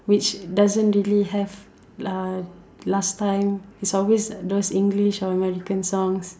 which doesn't really have last time it's always those English or American songs